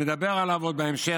ונדבר עליו עוד בהמשך,